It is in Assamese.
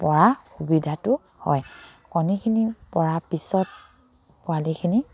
পৰা সুবিধাটো হয় কণীখিনি পৰা পিছত পোৱালিখিনি